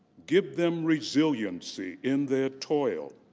give them resiliency in their toil.